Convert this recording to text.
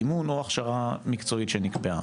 אימון או הכשרה מקצועית שנקבעה.